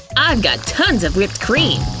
i've got tons of whipped cream!